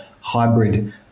hybrid